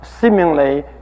seemingly